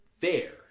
fair